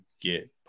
get